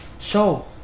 show